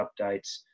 updates